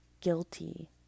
guilty